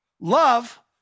Love